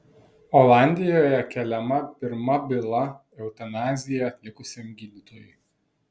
olandijoje keliama pirma byla eutanaziją atlikusiam gydytojui